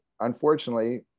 unfortunately